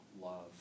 love